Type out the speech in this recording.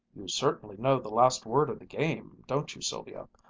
you certainly know the last word of the game, don't you, sylvia?